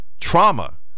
Trauma